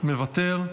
מוותר.